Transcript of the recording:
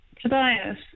Tobias